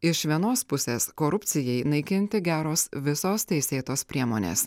iš vienos pusės korupcijai naikinti geros visos teisėtos priemonės